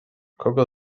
kogo